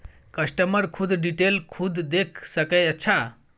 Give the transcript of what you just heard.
customer खुद detail खुद देख सके अच्छा